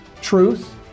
Truth